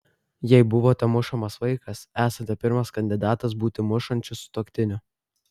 jei buvote mušamas vaikas esate pirmas kandidatas būti mušančiu sutuoktiniu